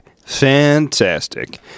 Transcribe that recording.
Fantastic